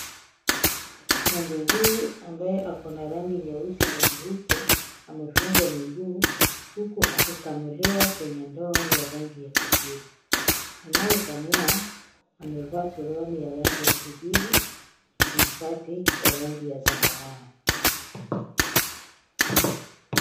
Ng'ombe huyu ambaye ako na rangi nyeusi na nyeupe amefungwa miguu huku akikamuliwa kwenye ndoo ya rangi ya kijivu. Anayekamua amevaa suruali ya rangi ya kijivu na shati ya rangi ya zambarau.